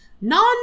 non